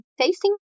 tasting